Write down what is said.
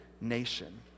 nation